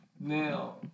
Now